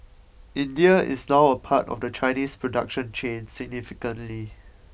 India is now a part of the Chinese production chain significantly